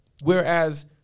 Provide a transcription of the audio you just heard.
Whereas